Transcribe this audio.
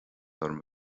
orm